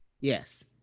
Yes